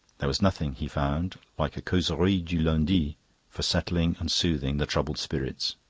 there was nothing, he found, like a causerie du lundi for settling and soothing the troubled spirits.